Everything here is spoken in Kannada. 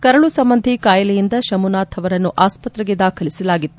ಕರಳು ಸಂಬಂಧಿ ಕಾಯಿಲೆಯಿಂದ ಶಂಭುನಾಥ್ ಅವರನ್ನು ಆಸ್ವತ್ರೆಗೆ ದಾಖಲಿಸಲಾಗಿತ್ತು